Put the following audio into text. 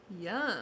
Yum